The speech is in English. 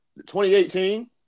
2018